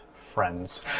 friends